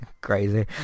crazy